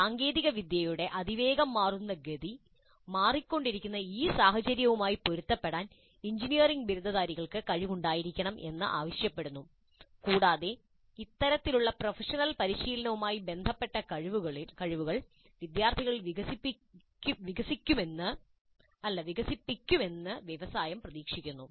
സാങ്കേതികവിദ്യയുടെ അതിവേഗം മാറുന്ന ഗതി മാറിക്കൊണ്ടിരിക്കുന്ന ഈ സാഹചര്യവുമായി പൊരുത്തപ്പെടാൻ എഞ്ചിനീയറിംഗ് ബിരുദധാരികൾക്ക് കഴിവുണ്ടായിരിക്കണം എന്ന് ആവശ്യപ്പെടുന്നു കൂടാതെ ഇത്തരത്തിലുള്ള പ്രൊഫഷണൽ പരിശീലനവുമായി ബന്ധപ്പെട്ട കഴിവുകൾ വിദ്യാർത്ഥികളിൽ വികസിപ്പിക്കുമെന്ന് വ്യവസായം പ്രതീക്ഷിക്കുന്നു